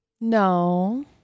No